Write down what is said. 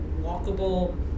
walkable